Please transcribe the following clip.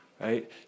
right